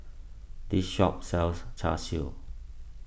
this shop sells Char Siu